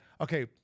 okay